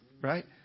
right